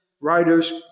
writers